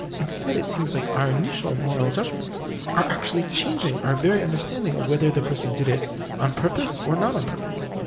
instead it seems like our initial moral judgments are actually changing our very understanding of whether the person did it on purpose or not on purpose.